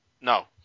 No